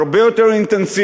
הרבה יותר אינטנסיבית,